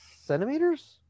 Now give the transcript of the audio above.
centimeters